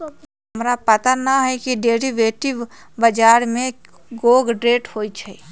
हमरा पता न हए कि डेरिवेटिव बजार में कै गो ट्रेड होई छई